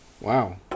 wow